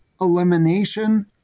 Elimination